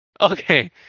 Okay